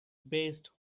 best